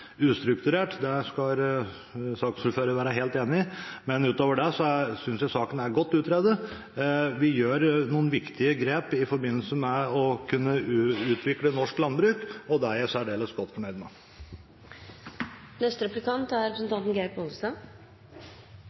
ustrukturert, skal saksordføreren være helt enig i, men utover det synes jeg saken er godt utredet. Vi gjør noen viktige grep i forbindelse med å kunne utvikle norsk landbruk, og det er jeg særdeles godt fornøyd med. Eg er einig i det som representanten